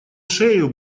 шею